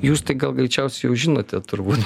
jūs tai gal greičiausiai jau žinote turbūt